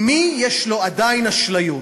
אם מישהו יש לו עדיין אשליות